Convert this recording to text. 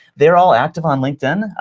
they're all active on linkedin.